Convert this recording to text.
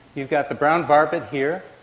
you've got the brown barbet here,